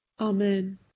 Amen